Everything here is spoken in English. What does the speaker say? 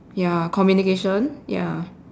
ya communication ya